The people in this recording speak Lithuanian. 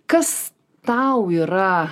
kas tau yra